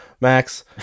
Max